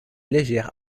légère